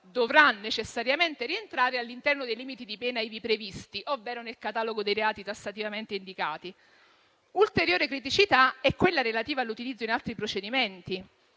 dovrà necessariamente rientrare all'interno dei limiti di pena ivi previsti, ovvero nel catalogo dei reati tassativamente indicati. Ulteriore criticità è quella relativa all'utilizzo in altri procedimenti.